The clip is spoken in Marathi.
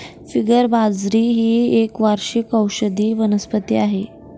फिंगर बाजरी ही एक वार्षिक औषधी वनस्पती आहे